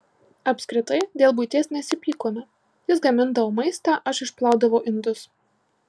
apskritai dėl buities nesipykome jis gamindavo maistą aš išplaudavau indus